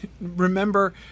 Remember